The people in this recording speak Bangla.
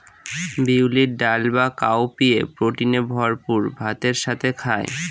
বিউলির ডাল বা কাউপিএ প্রোটিনে ভরপুর ভাতের সাথে খায়